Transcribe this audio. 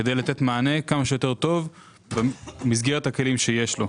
כדי לתת מענה כמה שיותר טוב במסגרת הכלים שיש לו.